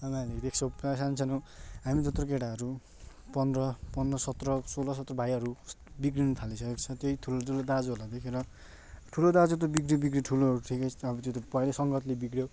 अब हामीले देख्छौँ प्रायः सानसानो हामी जत्रो केटाहरू पन्ध्र पन्ध्र सत्र सोह्र सत्र भाइहरू बिग्रिनु थालिसकेको छ त्यही ठुलठुलो दाजुहरूलाई देखेर ठुलो दाजु त बिग्रियो बिग्रियो ठुलोहरू ठिकै छ अब त्यो त पहिला सङ्गतले बिग्रियो